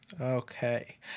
Okay